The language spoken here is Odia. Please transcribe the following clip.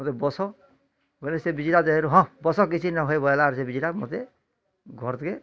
ମୋତେ ବସ ବୋଇଲେ ସେ ବିଜିଲା ଦେହରୁ ହଁ ବସ କିଛି ନୁହେଁ ବୋଇଲା ଆର୍ ସେ ବିଝିଲା ମୋତେ ଘର୍ ତକେ